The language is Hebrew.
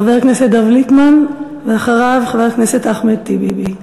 חבר הכנסת דב ליפמן, ואחריו, חבר הכנסת אחמד טיבי.